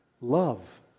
Love